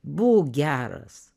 būk geras